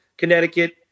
Connecticut